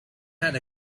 had